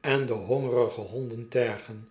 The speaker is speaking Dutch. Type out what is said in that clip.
en de hongerige honden tergen